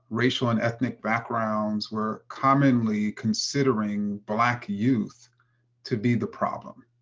racial and ethnic backgrounds, were commonly considering black youth to be the problem,